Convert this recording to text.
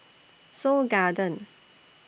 Seoul Garden